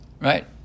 Right